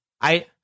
I-